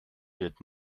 wird